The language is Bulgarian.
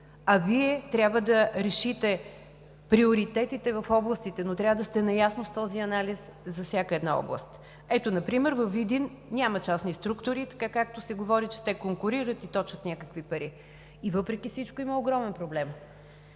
Вие трябва да решите приоритетите в областите, но трябва да сте наясно с този анализ за всяка една област. Ето, например във Видин няма частни структури, както се говори, че те конкурират и точат някакви пари. И въпреки всичко има огромен проблем.